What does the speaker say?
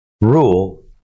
rule